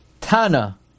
Tana